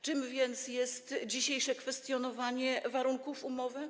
Czym więc jest dzisiejsze kwestionowanie warunków umowy?